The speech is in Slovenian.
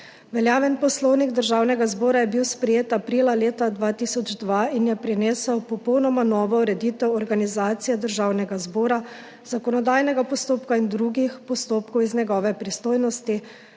Veljaven Poslovnik Državnega zbora je bil sprejet aprila leta 2002 in je prinesel popolnoma novo ureditev organizacije Državnega zbora, zakonodajnega postopka in drugih postopkov iz njegove pristojnosti,